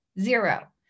zero